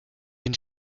den